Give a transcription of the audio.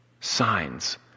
Signs